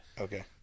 Okay